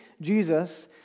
Jesus